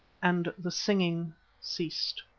and the singing ceased.